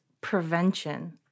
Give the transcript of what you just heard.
prevention